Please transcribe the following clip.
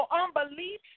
unbelief